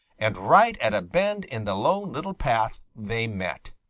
and right at a bend in the lone little path they met.